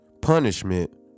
punishment